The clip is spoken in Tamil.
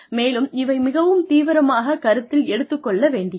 மேலும் இவை மிகவும் தீவிரமாகக் கருத்தில் எடுத்துக் கொள்ள வேண்டியவை